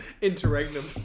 Interregnum